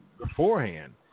beforehand